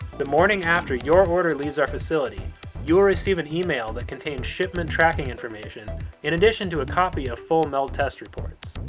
the morning after your order leaves our facility you will receive an email that contains shipment tracking information in addition to a copy of full mill test reports.